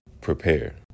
Prepare